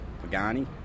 Pagani